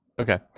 Okay